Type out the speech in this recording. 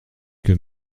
que